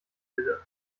pille